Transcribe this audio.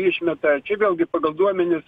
išmeta čia vėlgi pagal duomenis